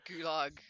gulag